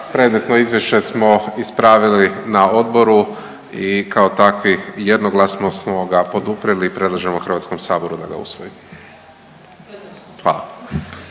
Predmetno izvješće smo ispravili na odboru i kao takvi jednoglasno smo ga poduprli i predlažemo HS-u da ga usvoji. Hvala.